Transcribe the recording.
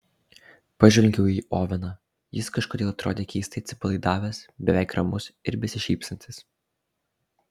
pažvelgiau į oveną jis kažkodėl atrodė keistai atsipalaidavęs beveik ramus ir besišypsantis